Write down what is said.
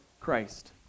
Christ